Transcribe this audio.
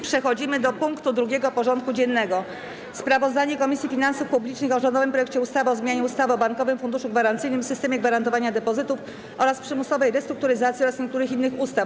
Powracamy do rozpatrzenia punktu 2. porządku dziennego: Sprawozdanie Komisji Finansów Publicznych o rządowym projekcie ustawy o zmianie ustawy o Bankowym Funduszu Gwarancyjnym, systemie gwarantowania depozytów oraz przymusowej restrukturyzacji oraz niektórych innych ustaw.